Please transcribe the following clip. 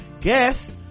guess